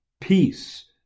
peace